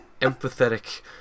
empathetic